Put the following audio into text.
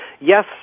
yes